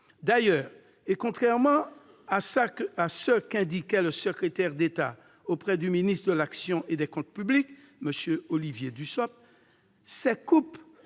D'ailleurs, contrairement à ce qu'indiquait le secrétaire d'État auprès du ministre de l'action et des comptes publics, M. Olivier Dussopt, ces coupes